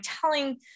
telling